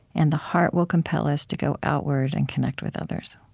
and the heart will compel us to go outward and connect with others.